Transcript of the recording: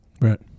Right